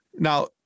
Now